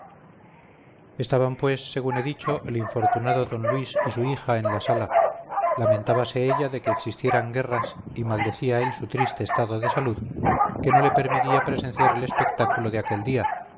estaban pues según he dicho el infortunado d luis y su hija en la sala lamentábase ella de que existieran guerras y maldecía él su triste estado de salud que no le permitía presenciar el espectáculo de aquel día